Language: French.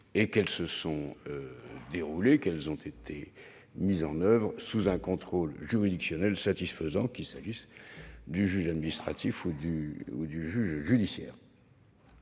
été efficaces et qu'elles ont été mises en oeuvre sous un contrôle juridictionnel satisfaisant, qu'il s'agisse du juge administratif ou du juge judiciaire.